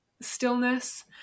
stillness